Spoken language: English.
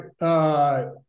right